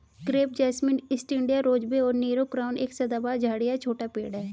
crepe jasmine, east India rosebay और Nero crown एक सदाबहार झाड़ी या छोटा पेड़ है